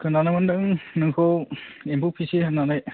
खोनानो मोन्दों नोंखौ एम्फौ फिसियो होननानै